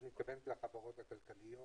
את מתכוונת לחברות הכלכליות?